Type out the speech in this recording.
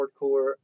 hardcore